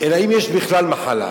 אלא אם יש בכלל מחלה.